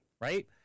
Right